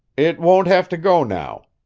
it won't have to go now,